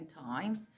time